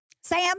sam